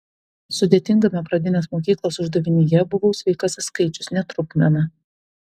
sudėtingame pradinės mokyklos uždavinyje buvau sveikasis skaičius ne trupmena